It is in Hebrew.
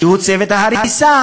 שהוא צוות ההריסה.